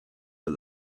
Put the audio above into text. but